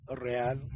Real